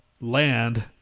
land